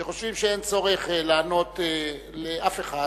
שחושבים שאין צורך לענות לאף אחד,